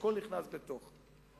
והכול נכנס בתוך זה.